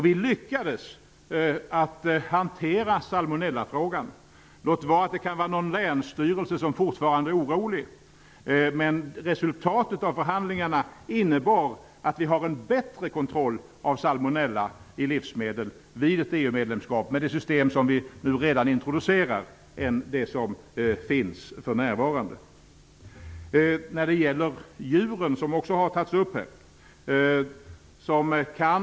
Vi lyckades hantera salmonellafrågan. Låt vara att någon länsstyrelse fortfarande kan vara orolig. Men resultatet av förhandlingarna innebär att vi får en bättre kontroll av salmonella i livsmedel vid ett EU medlemskap, med det system som vi redan introducerar, än med det system som finns för närvarande. Djuren som kan bli smittade har också tagits upp i debatten.